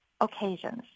occasions